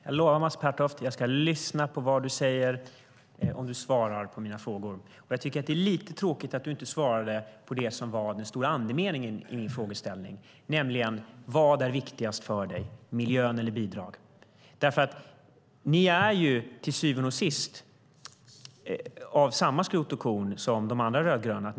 Herr talman! Jag lovar att jag ska lyssna på vad du säger, Mats Pertoft, om du svarar på mina frågor. Jag tycker att det är lite tråkigt att du inte svarade på det som var den stora andemeningen i min frågeställning, nämligen vad som är viktigast för dig - miljön eller bidrag. Ni är till syvende och sist av samma skrot och korn som de andra rödgröna.